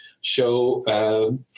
show